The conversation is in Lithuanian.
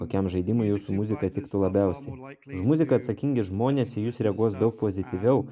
kokiam žaidimui jūsų muzika tiktų labiausiai muzika atsakingi žmonės į jus reaguos daug pozityviau